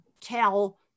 tell